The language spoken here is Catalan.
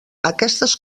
aquestes